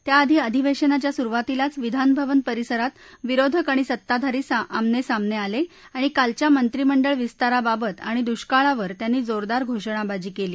त्याआधी अधिवेशाच्या सुरुवातीलाच विधानभवन परिसरात विरोधक आणि सत्ताधारी आमनेसामने आले आणि कालच्या मंत्रीमंडळ विस्ताराबाबत आणि दुष्काळावर त्यांनी जोरदार घोषणाबाजी केली